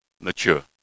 mature